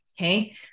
Okay